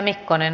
kiitos